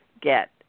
get